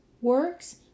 works